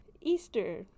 Easter